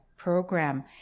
program